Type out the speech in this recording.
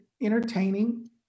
entertaining